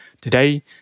today